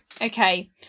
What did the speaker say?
Okay